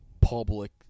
Public